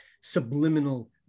subliminal